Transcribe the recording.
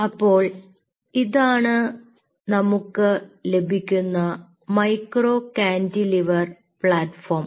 അപ്പോൾ ഇതാണ് നമുക്ക് ലഭിക്കുന്ന മൈക്രോകാന്റിലിവർ പ്ലാറ്റ് ഫോം